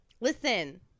Listen